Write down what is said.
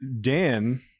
Dan